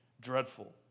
dreadful